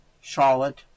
Charlotte